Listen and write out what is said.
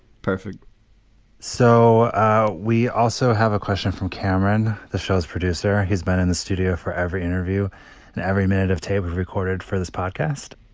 perfect so we also have a question from cameron, the show's producer, who's been in the studio for every interview and every minute of tape was recorded for this podcast.